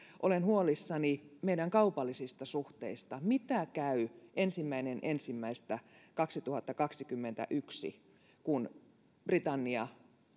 olen huolissani meidän kaupallisista suhteistamme mitä käy ensimmäinen ensimmäistä kaksituhattakaksikymmentäyksi kun britannia